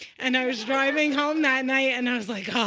and i was driving home that night, and i was like, oh!